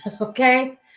Okay